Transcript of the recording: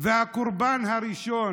והקורבן הראשון